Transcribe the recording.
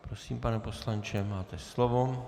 Prosím, pane poslanče, máte slovo.